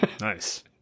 Nice